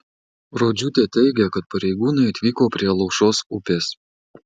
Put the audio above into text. rodžiūtė teigia kad pareigūnai atvyko prie alaušos upės